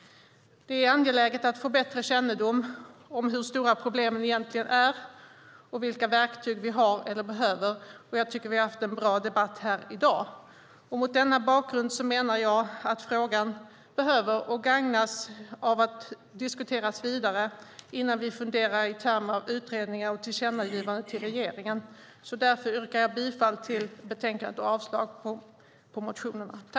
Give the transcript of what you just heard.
Det är angeläget att få bättre kännedom om hur stora problemen egentligen är och vilka verktyg vi har eller behöver. Och jag tycker att vi har haft en bra debatt här i dag. Mot denna bakgrund menar jag att frågan gagnas av att diskuteras vidare innan vi funderar i termer av utredningar och tillkännagivande till regeringen. Därför yrkar jag bifall till förslaget i betänkandet och avslag på motionerna.